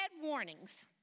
warnings